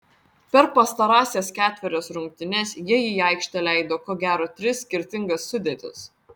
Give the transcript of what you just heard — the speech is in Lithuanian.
per pastarąsias ketverias rungtynes jie į aikštę leido ko gero tris skirtingas sudėtis